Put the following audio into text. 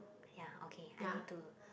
ya okay I need to